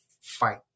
fight